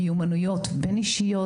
מיומנויות בין-אישיות.